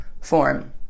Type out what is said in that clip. form